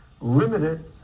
limited